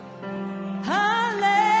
Hallelujah